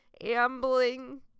ambling